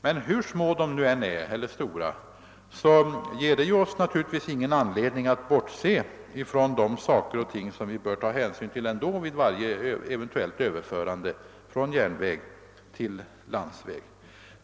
Men oavsett hur små eller stora de är, finns det naturligtvis ingen anledning att bortse från de faktorer, som vi ändå bör ta hänsyn till vid varje eventuell överföring av transporter från järnväg till landsväg.